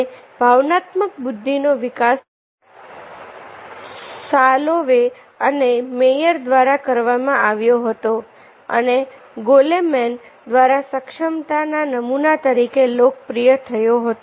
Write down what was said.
અને ભાવનાત્મક બુદ્ધિનો વિકાસ સાલોવે અને મેયર દ્વારા કરવામાં આવ્યો હતો અને ગોલેમેન દ્વારા સક્ષમતા ના નમૂના તરીકે લોકપ્રિય થયો હતો